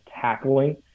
tackling